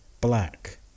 black